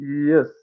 Yes